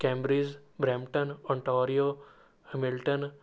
cambridge Brampton Ontario Hamilton